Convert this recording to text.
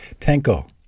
Tenko